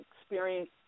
experience